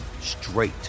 straight